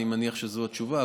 אני מניח שזו התשובה,